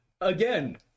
Again